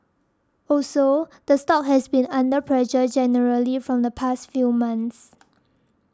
also the stock has been under pressure generally from the past few months